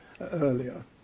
earlier